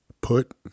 Put